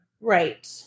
Right